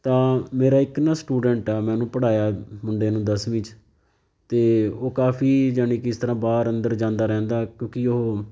ਤਾਂ ਮੇਰਾ ਇੱਕ ਨਾ ਸਟੂਡੈਂਟ ਆ ਮੈਂ ਉਹਨੂੰ ਪੜ੍ਹਾਇਆ ਮੁੰਡੇ ਨੂੰ ਦਸਵੀਂ 'ਚ ਅਤੇ ਉਹ ਕਾਫੀ ਜਾਨੀ ਕਿ ਜਿਸ ਤਰ੍ਹਾਂ ਬਾਹਰ ਅੰਦਰ ਜਾਂਦਾ ਰਹਿੰਦਾ ਕਿਉਂਕਿ ਉਹ